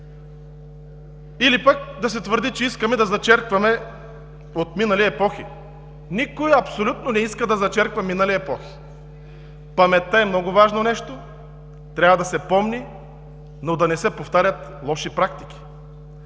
Или пък да се твърди, че искаме да зачеркваме отминали епохи. Абсолютно никой не иска да зачерква минали епохи. Паметта е много важно нещо, трябва да се помни, но да не се повтарят лоши практики.